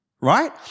right